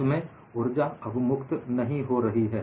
इसमें ऊर्जा अवमुक्त नहीं हो रही है